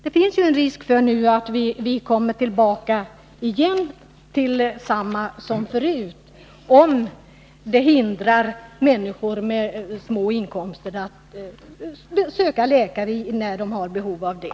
Det finns en risk för att vi nu kommer tillbaka till samma antal som förut, om människor med små inkomster hindras att söka läkare när de har behov av det.